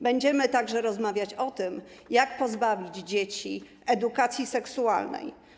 Będziemy także rozmawiać o tym, jak pozbawić dzieci edukacji seksualnej.